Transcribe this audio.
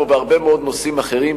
כמו בהרבה נושאים אחרים,